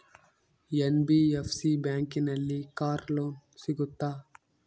NBFC ಬ್ಯಾಂಕಿನಲ್ಲಿ car loan ಸಿಗುತ್ತಾ?